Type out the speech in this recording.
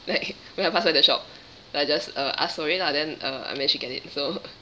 like when I pass by the shop then I just uh ask for it lah then uh I managed to get it so